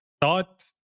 thought